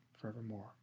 forevermore